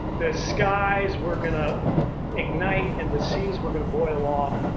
the skies were going to ignite and the seas were going to boil off,